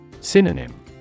Synonym